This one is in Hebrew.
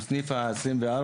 הוא סניף ה-24,